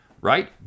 right